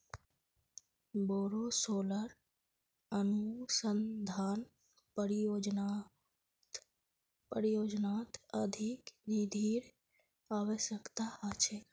बोरो सोलर अनुसंधान परियोजनात अधिक निधिर अवश्यकता ह छेक